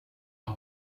har